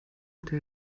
unter